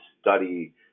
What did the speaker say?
study